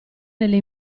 nelle